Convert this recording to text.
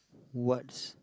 what's